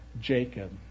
Jacob